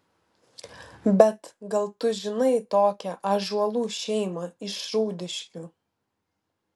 bet gal tu žinai tokią ąžuolų šeimą iš rūdiškių